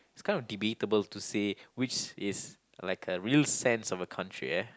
it's kind of debatable to say which is like a real sense of a country eh